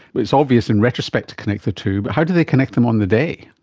it's obvious in retrospect to connect the two but how did they connect them on the day?